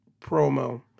promo